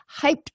hyped